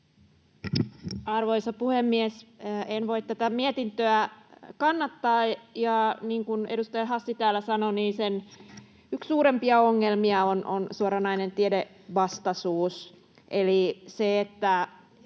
Arvoisa puhemies! En voi tätä mietintöä kannattaa, ja niin kuin edustaja Hassi täällä sanoi, niin sen yksi suurimpia ongelmia on suoranainen tiedevastaisuus